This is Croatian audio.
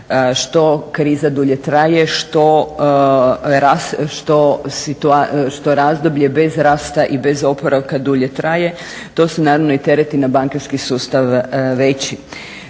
Što kriza dulje traje, što razdoblje bez rasta i bez oporavka dulje traje to su naravno i tereti na bankarski sustav veći.